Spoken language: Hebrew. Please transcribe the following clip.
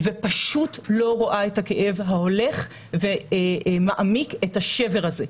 ופשוט לא רואה את הכאב ההולך ומעמיק את השבר הזה.